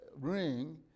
ring